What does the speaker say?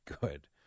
good